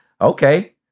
okay